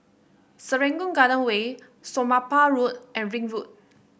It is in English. Serangoon Garden Way Somapah Road and Ring Road